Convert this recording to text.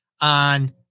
on